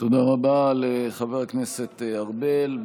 תודה רבה לחבר הכנסת ארבל.